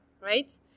right